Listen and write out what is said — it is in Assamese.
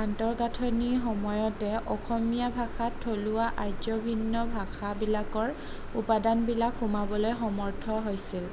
আন্তঃগাঁথনিৰ সময়তে অসমীয়া ভাষাত থলুৱা আৰ্যভিন্ন ভাষাবিলাকৰ উপাদানবিলাক সোমাবলৈ সমৰ্থ হৈছিল